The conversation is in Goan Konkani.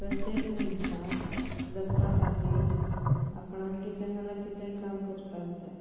प्रत्येक मनशाक जगपा खातीर आपणाक कितें नाजाल्यार कितें काम करपाक जाय